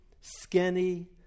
skinny